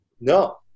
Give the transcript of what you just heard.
No